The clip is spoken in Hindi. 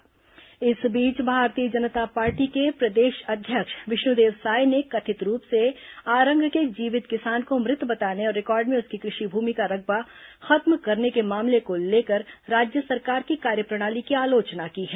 साय बयान इस बीच भारतीय जनता पार्टी के प्रदेश अध्यक्ष विष्णुदेव साय ने कथित रूप से आरंग के एक जीवित किसान को मृत बताने और रिकॉर्ड में उसकी कृषि भूमि का रकबा खत्म करने के मामले को लेकर भी राज्य सरकार की कार्यप्रणाली की आलोचना की है